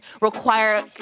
require